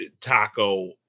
Taco